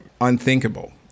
unthinkable